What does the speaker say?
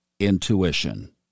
Intuition